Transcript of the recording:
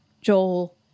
Joel